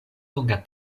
longa